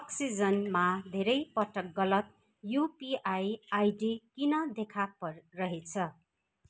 अक्सिजनमा धेरैपटक गलत UPI ID किन देखा परिरहेछ